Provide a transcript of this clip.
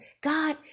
God